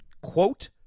quote